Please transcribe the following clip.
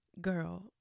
girl